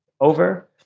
over